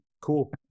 Cool